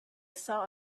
saw